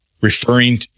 referring